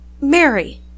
Mary